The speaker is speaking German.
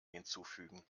hinzufügen